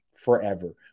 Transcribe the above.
Forever